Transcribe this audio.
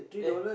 eh